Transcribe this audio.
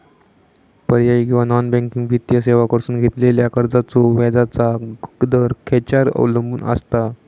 पर्यायी किंवा non banking वित्तीय सेवांकडसून घेतलेल्या कर्जाचो व्याजाचा दर खेच्यार अवलंबून आसता?